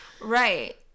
Right